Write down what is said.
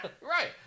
right